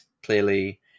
clearly